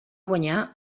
guanyar